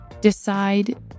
decide